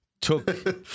took